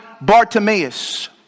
Bartimaeus